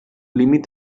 límit